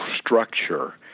structure